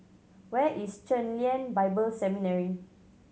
where is Chen Lien Bible Seminary